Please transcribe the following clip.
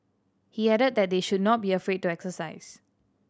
he added that they should not be afraid to exercise